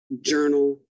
journal